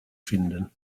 finden